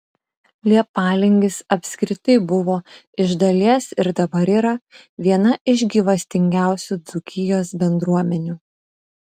leipalingis apskritai buvo iš dalies ir dabar yra viena iš gyvastingiausių dzūkijos bendruomenių